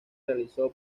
realizó